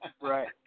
Right